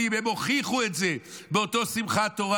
הם הוכיחו את זה באותה שמחת תורה.